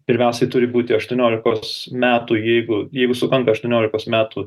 pirmiausiai turi būti aštuoniolikos metų jeigu jeigu sukanka aštuoniolikos metų